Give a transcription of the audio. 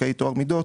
חוקי טוהר מידות,